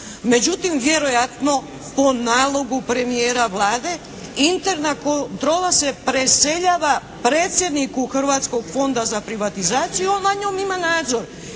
međutim vjerojatno po nalogu premijera Vlade interna kontrola se preseljava predsjedniku Hrvatskog fonda za privatizaciju, ali nad njom ima nadzor